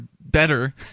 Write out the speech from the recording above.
better